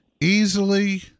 easily